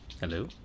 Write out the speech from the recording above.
Hello